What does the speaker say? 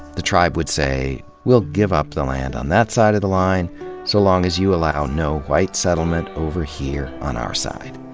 the tribe would say we'll give up the land on that side of the line, so long as you allow no white settlement over here, on our side.